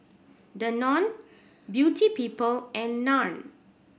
Danone Beauty People and Nan